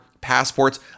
passports